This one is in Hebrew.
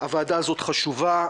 הוועדה הזאת חשובה,